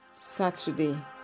Saturday